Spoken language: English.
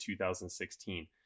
2016